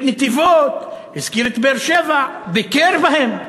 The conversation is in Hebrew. הזכיר את נתיבות, הזכיר את באר-שבע, ביקר בהן.